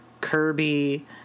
kirby